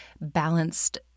balanced